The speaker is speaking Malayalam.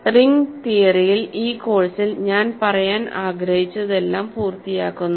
റിംഗ് തിയറിയിൽ ഈ കോഴ്സിൽ ഞാൻ പറയാൻ ആഗ്രഹിച്ചതെല്ലാം പൂർത്തിയാക്കുന്നു